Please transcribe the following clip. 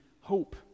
hope